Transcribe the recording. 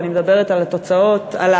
אני מדברת על הסיבות,